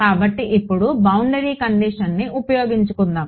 కాబట్టి ఇప్పుడు బౌండరీ కండిషన్ని ఉపయోగించుకుందాం